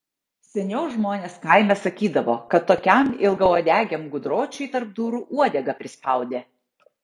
seniau žmonės kaime sakydavo kad tokiam ilgauodegiam gudročiui tarp durų uodegą prispaudė